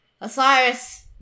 Osiris